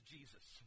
Jesus